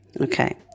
Okay